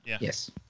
Yes